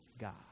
God